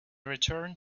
returned